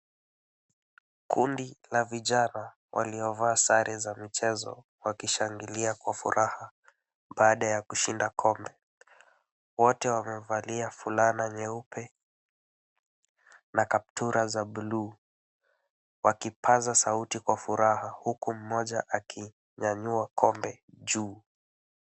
Kundi la vijana waliovaa sare za michezo, wakishangilia kwa furaha baada ya kushinda kombe. Wote wamevalia fulana nyeupe, na kaptura za buluu wakipaza sauti kwa furaha, huku mmoja akinyanyua kombe juu.